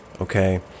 okay